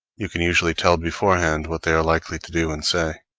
you can usually tell beforehand what they are likely to do and say.